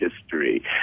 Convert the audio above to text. history